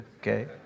okay